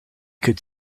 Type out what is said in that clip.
could